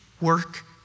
work